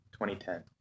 2010